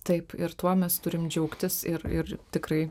taip ir tuo mes turim džiaugtis ir ir tikrai